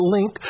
Link